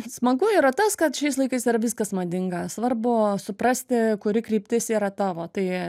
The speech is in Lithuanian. smagu yra tas kad šiais laikais yra viskas madinga svarbu suprasti kuri kryptis yra tavo tai